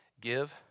Give